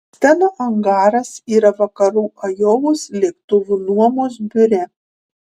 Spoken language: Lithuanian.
steno angaras yra vakarų ajovos lėktuvų nuomos biure